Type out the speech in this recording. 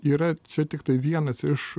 yra čia tiktai vienas iš